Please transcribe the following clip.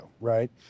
Right